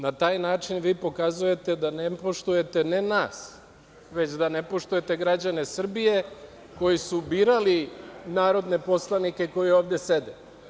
Na taj način vi pokazujete da ne poštujete ne nas, već da ne poštujete građane Srbije koji su birali narodne poslanike koje ovde sede.